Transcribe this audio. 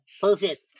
perfect